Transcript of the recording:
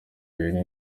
ibiri